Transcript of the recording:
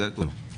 זה הכול.